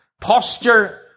posture